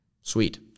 Sweet